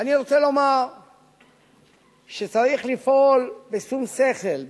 ואני רוצה לומר שצריך לפעול בשום שכל,